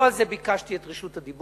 לא על זה ביקשתי את רשות הדיבור.